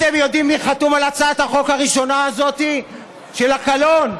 אתם יודעים מי חתום על הצעת החוק הראשונה הזאת של הקלון?